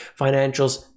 financials